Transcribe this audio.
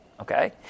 okay